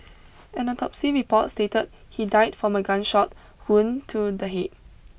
an autopsy report stated he died from a gunshot wound to the head